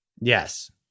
Yes